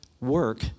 work